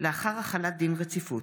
לאחר החלת דין רציפות.